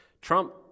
Trump